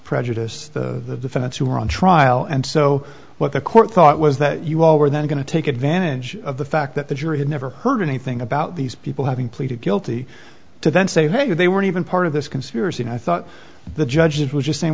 prejudice the fans who were on trial and so what the court thought was that you all were then going to take advantage of the fact that the jury had never heard anything about these people having pleaded guilty to then say hey you they weren't even part of this conspiracy i thought the judge was just saying